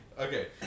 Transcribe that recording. Okay